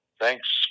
thanks